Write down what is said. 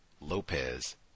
Lopez